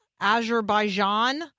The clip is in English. Azerbaijan